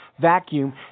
vacuum